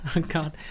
God